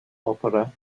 opera